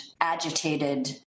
agitated